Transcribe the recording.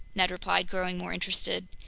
ned replied, growing more interested.